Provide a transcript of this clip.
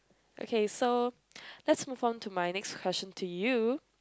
okay so let's move on to my next question to you